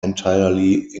entirely